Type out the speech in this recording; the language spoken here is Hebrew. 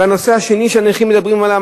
הנושא השני שהנכים מדברים עליו,